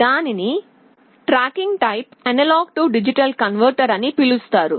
దీనిని tracking type A D converter అని పిలుస్తారు